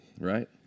Right